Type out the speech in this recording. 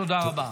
תודה רבה.